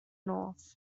north